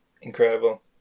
Incredible